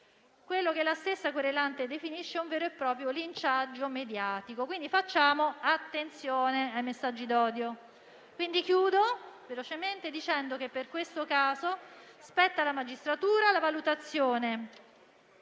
quello che la stessa querelante definisce un vero e proprio linciaggio mediatico. Facciamo quindi attenzione ai messaggi d'odio. Termino il mio intervento, dicendo che per questo caso spetta alla magistratura la valutazione